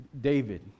David